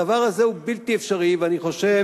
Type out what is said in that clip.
הדבר הזה הוא בלתי אפשרי, ואני חושב,